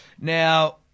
Now